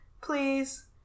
Please